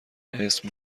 اسم